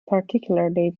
particularly